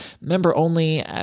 member-only